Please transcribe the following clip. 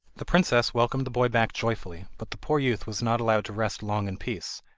the princess welcomed the boy back joyfully, but the poor youth was not allowed to rest long in peace,